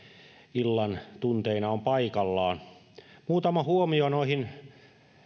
illan tunteina on paikallaan muutama huomio noihin